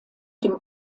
dem